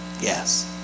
Yes